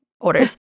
orders